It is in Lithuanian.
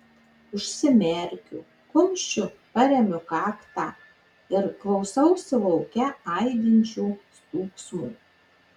užsimerkiu kumščiu paremiu kaktą ir klausausi lauke aidinčio stūgsmo